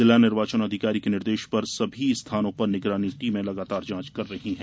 जिला निर्वाचन अधिकारी के निर्देश पर सभी स्थानों पर निगरानी टीमें लगातार जांच कर रही हैं